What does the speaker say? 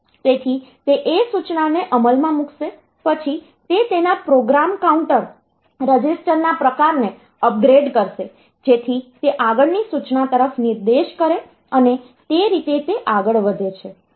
તેથી તે એ સૂચનાને અમલમાં મૂકશે પછી તે તેના પ્રોગ્રામ કાઉન્ટર રજિસ્ટરના પ્રકારને અપગ્રેડ કરશે જેથી તે આગળની સૂચના તરફ નિર્દેશ કરે અને તે રીતે તે આગળ વધે છે